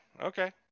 Okay